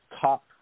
top